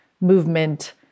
movement